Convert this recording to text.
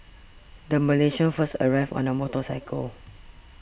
the Malaysians first arrived on a motorcycle